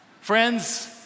friends